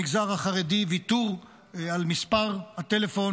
במגזר החרדי ויתור על מספר הטלפון,